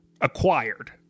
acquired